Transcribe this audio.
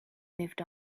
moved